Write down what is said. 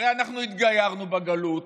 הרי אנחנו התגיירנו בגלות,